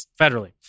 federally